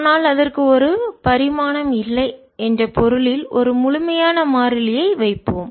ஆனால் அதற்கு ஒரு பரிமாணம் இல்லை என்ற பொருளில் ஒரு முழுமையான மாறிலியை வைப்போம்